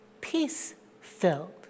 peace-filled